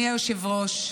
אדוני היושב-ראש,